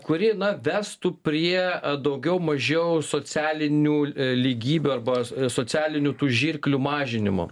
kuri na vestų prie daugiau mažiau socialinių lygybių arba socialinių tų žirklių mažinimo